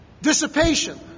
Dissipation